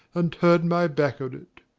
and turned my back on it.